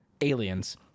aliens